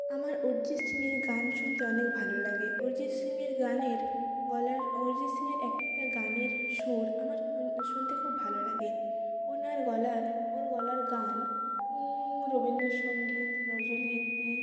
আমার অরজিৎ সিংয়ের গান শুনতে অনেক ভালো লাগে অরিজিৎ সিংয়ের গানের গলার অরিজিৎ সিংয়ের এক একটা গানের সুর আমার খুন শুনতে খুব ভালো লাগে ওনার গলার ওর গলার গান রবীন্দ্রসংগীত নজরুলগীতি